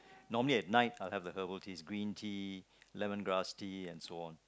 normally at night I'll have the herbal teas green tea lemongrass tea and so on